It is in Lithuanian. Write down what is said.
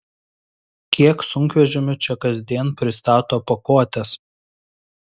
kiek sunkvežimių čia kasdien pristato pakuotes